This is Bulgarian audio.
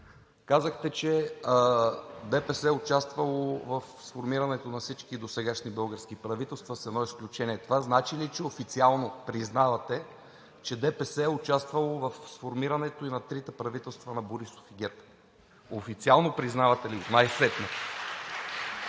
Казахте, че ДПС е участвало в сформирането на всички досегашни български правителства с едно изключение. Това значи ли, че официално признавате, че ДПС е участвало в сформирането и на трите правителства на Борисов и ГЕРБ? Официално признавате ли най-сетне?